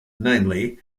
namely